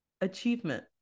achievement